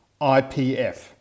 IPF